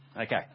Okay